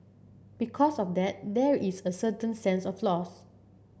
because of that there is a certain sense of loss